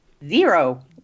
Zero